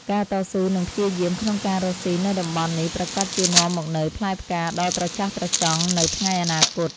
ការតស៊ូនិងព្យាយាមក្នុងការរកស៊ីនៅតំបន់នេះប្រាកដជានាំមកនូវផ្លែផ្កាដ៏ត្រចះត្រចង់នៅថ្ងៃអនាគត។